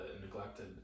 neglected